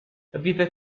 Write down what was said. vive